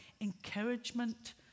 encouragement